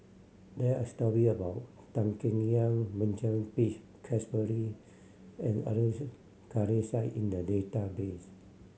there are a story about Tan Keng Yam Benjamin Peach Keasberry and Abdul Kadir Syed in the database